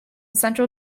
central